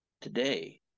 today